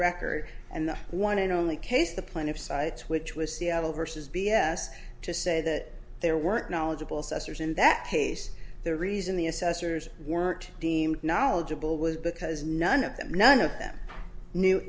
record and the one and only case the plaintiff's sites which was seattle vs b s to say that there weren't knowledgeable sisters in that case the reason the assessors weren't deemed knowledgeable was because none of them none of them knew